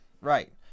right